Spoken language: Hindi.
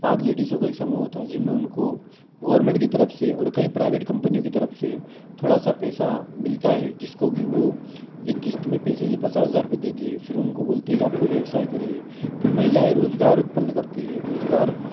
पाँच लेडिजों का एक समूह होता है जिनमें उनको गोवरमेंट की तरफ से और कई प्राइवेट कम्पनियो की तरफ से थोड़ा सा पैसा मिलता है जिसको कि वो एक किस्त में पैसे पचास हज़ार रुपये दे दिए फिर उनको बोलते हैं कि आप कोई व्यवसाई करिए फिर महिलाएँ रोज़गार उत्पन्न करती है रोज़गार